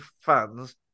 fans